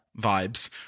vibes